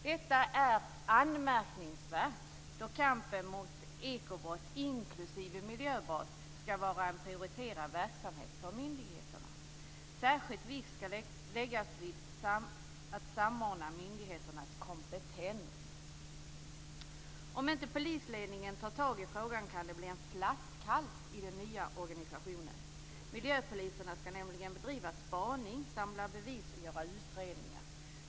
Detta är anmärkningsvärt, då kampen mot ekobrott inklusive miljöbrott ska vara en prioriterad verksamhet på myndigheterna. Särskild vikt ska läggas vid att samordna myndigheternas kompetens. Om inte polisledningen tar tag i frågan kan det bli en flaskhals i den nya organisationen. Miljöpoliserna ska nämligen bedriva spaning, samla bevis och göra utredningar.